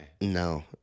No